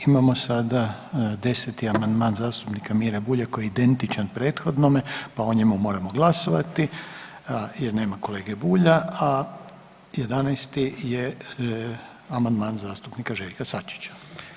Imamo sada 10. amandman zastupnika Mire Bulja koji je identičan prethodnome pa o njemu moramo glasovati jer nema kolege Bulja, a 11. je amandman zastupnika Željka Sačića.